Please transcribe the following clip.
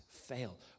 fail